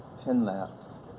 ten laps,